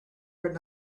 heard